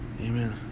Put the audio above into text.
Amen